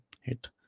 hit